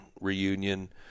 reunion